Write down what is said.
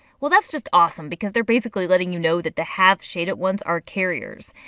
well that's just awesome because they are basically letting you know that the half-shaded ones are carriers.